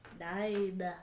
Nine